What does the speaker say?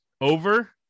over